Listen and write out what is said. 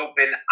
open